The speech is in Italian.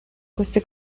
queste